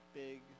big